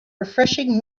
refreshing